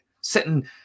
sitting